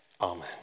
Amen